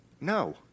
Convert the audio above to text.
No